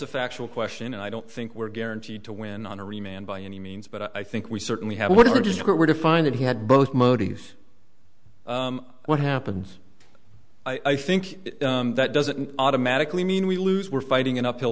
a factual question and i don't think we're guaranteed to win on a remained by any means but i think we certainly have what are just were to find that he had both motives what happens i think that doesn't automatically mean we lose we're fighting an uphill